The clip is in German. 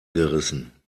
gerissen